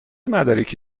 مدارکی